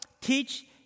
teach